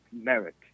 merit